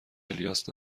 الیاس